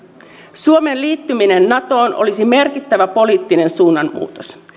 suomen liittyminen natoon olisi merkittävä poliittinen suunnanmuutos